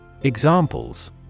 Examples